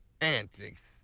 Antics